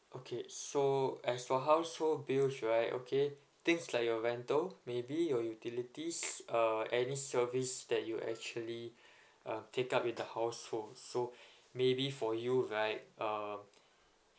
okay so as for household bills right okay things like your rental maybe your utilities uh any service that you actually uh take up with the household so maybe for you right um